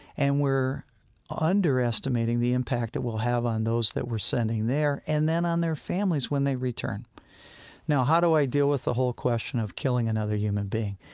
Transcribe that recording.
and we're underestimating the impact it will have on those that we're sending there and then on their families when they return now, how do i deal with the whole question of killing another human being?